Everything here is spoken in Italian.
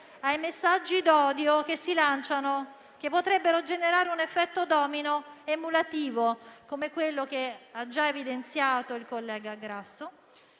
ai messaggi d'odio che si lanciano, perché potrebbero generare un effetto domino emulativo, come ha già evidenziato il collega Grasso,